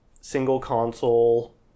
single-console